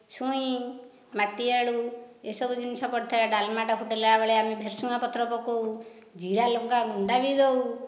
ଛୁଇଁ ମାଟିଆଳୁ ଏସବୁ ଜିନିଷ ପଡ଼ିଥାଏ ଡାଲମାଟା ଫୁଟେଇଲା ବେଳେ ଆମେ ଭୃସଙ୍ଗ ପତ୍ର ପକାଉ ଜିରା ଲଙ୍କା ଗୁଣ୍ଡ ବି ଦେଉ